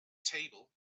table